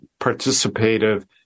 participative